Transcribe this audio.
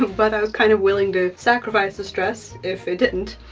but i was kind of willing to sacrifice this dress if it didn't,